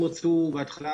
הם רצו בהתחלה